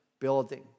building